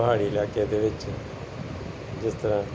ਪਹਾੜੀ ਇਲਾਕਿਆਂ ਦੇ ਵਿੱਚ ਜਿਸ ਤਰ੍ਹਾਂ